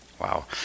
Wow